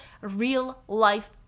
real-life